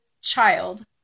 child